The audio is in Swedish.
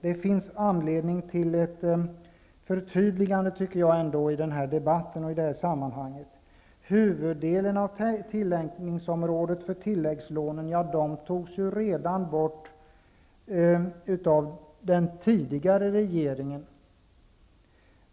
Det finns i det här sammanhanget anledning att göra ett förtydligande. Huvuddelen av tillämpningsområdet för tilläggslånen togs bort redan av den förra regeringen.